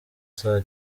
saa